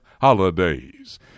holidays